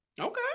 Okay